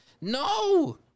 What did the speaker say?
No